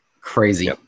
crazy